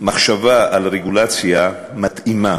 מחשבה על רגולציה מתאימה